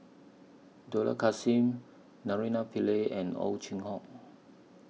Dollah Kassim Naraina Pillai and Ow Chin Hock